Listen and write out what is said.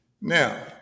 Now